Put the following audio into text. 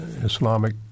Islamic